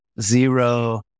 zero